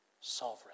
sovereign